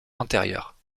antérieure